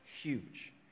huge